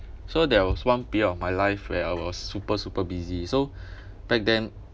so there was one period of my life where I was super super busy so back then